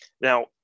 Now